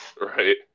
Right